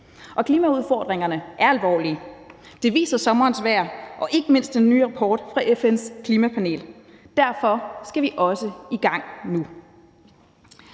og klimaudfordringerne er alvorlige. Det viser sommerens vejr og ikke mindst den nye rapport fra FN's klimapanel, og derfor skal vi også i gang nu.